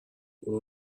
برو